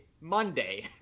Monday